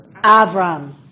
Avram